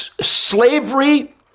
slavery